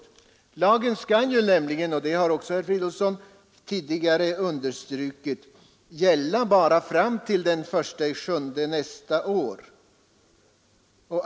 Lagen skall nämligen, som herr Fridolfsson också redan understrukit, gälla bara fram till den 1 juli nästa år.